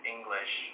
English